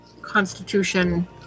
Constitution